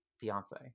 fiance